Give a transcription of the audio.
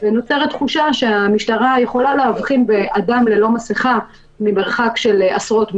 ונוצרת תחושה שהמשטרה יכולה להבחין באדם ללא מסכה ממרחק של עשרות מטרים,